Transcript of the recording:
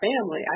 family